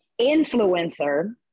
influencer